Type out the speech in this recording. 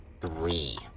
three